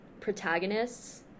protagonists